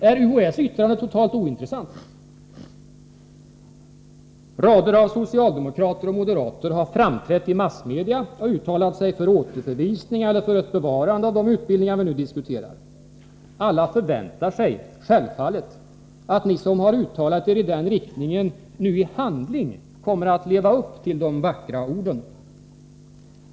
Är UHÄ:s yttrande totalt ointressant? § Rader av socialdemokrater och moderater har framträtt i massmedia och uttalat sig för återförvisning eller för ett bevarande av de utbildningar som vi nu diskuterar. Alla förväntar sig självfallet att ni som uttalat er i den riktningen nu i handling kommer att leva upp till de vackra orden.